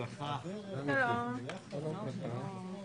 צוהריים טובים.